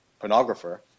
pornographer